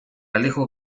alejo